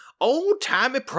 old-timey